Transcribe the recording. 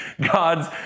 God's